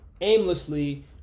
aimlessly